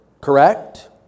Correct